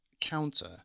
counter